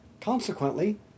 Consequently